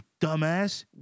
dumbass